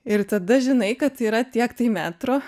ir tada žinai kad yra tiek tai metrų